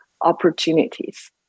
opportunities